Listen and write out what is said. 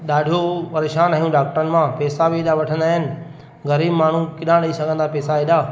ॾाढो परेशानु आहियूं डाक्टरनि मां पैसा बि एॾा वठंदा आहिनि ग़रीब माण्हू किथां ॾई सघंदा पैसा एॾा